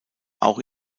auch